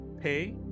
pay